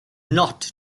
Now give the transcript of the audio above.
not